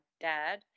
dad